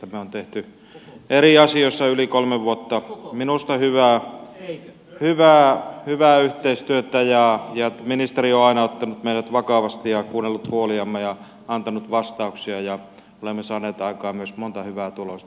me olemme tehneet eri asioissa yli kolme vuotta minusta hyvää yhteistyötä ja ministeri on aina ottanut meidät vakavasti ja kuunnellut huoliamme ja antanut vastauksia ja olemme saaneet aikaan myös monta hyvää tulosta